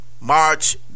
March